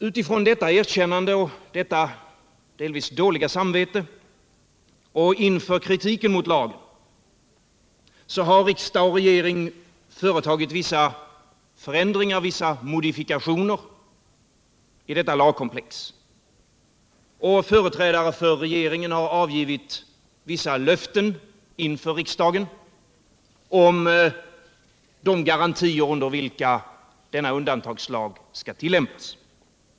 På grund av detta erkännande och detta delvis dåliga samvete samt inför kritiken mot lagen har riksdag och regering föreslagit vissa modifikationer i detta lagkomplex, och företrädare för regeringen har avgivit vissa löften inför riksdagen om garantier under vilka denna undantagslag skall tillämpas.